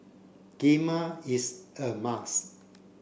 Kheema is a must